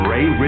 Ray